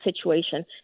situation